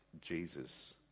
Jesus